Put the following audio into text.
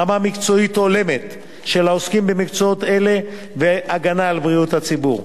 רמה מקצועית הולמת של העוסקים במקצועות אלה והגנה על בריאות הציבור.